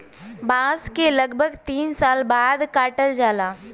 बांस के लगभग तीन साल बाद काटल जाला